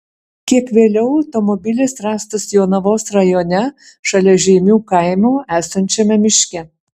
kiek vėliau automobilis rastas jonavos rajone šalia žeimių kaimo esančiame miške